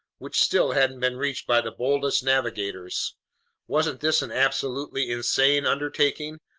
which still hadn't been reached by the boldest navigators wasn't this an absolutely insane undertaking,